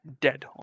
dead